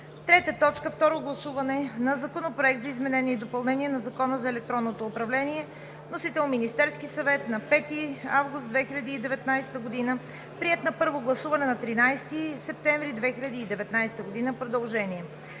2019 г. 3. Второ гласуване на Законопроект за изменение и допълнение на Закона за електронното управление. Вносител е Министерският съвет на 5 август 2019 г. Приет на първо гласуване на 13 септември 2019 г. – продължение.